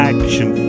Action